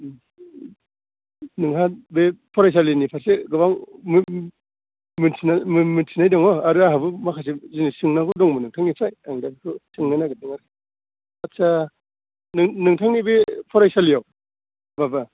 नोंहा बे फरायसालिनि फारसे गोबां मोनथि मोनथिनाय मोनथिनाय दङ आरो आंहाबो माखासे जिनिस सोंनांगौ दङमोन नोंथांनिफ्राय आं दा बेखौ सोंनो नागेरदों आरो आटसा नोंथांनि बे फरायसालियाव माबा